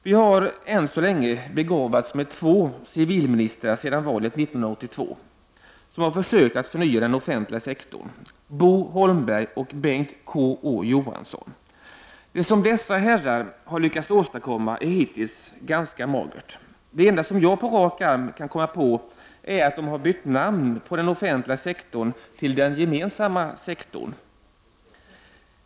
Vi har, än så länge, begåvats med två civilministrar sedan valet 1982 som har försökt att förnya den offentliga sektorn, Bo Holmberg och Bengt K Å Johansson. Det som dessa herrar har lyckats åstadkomma hittills är ganska magert. Det enda som jag på rak arm kan komma på är att de har bytt namn på den offentliga sektorn till den gemensamma sektorn.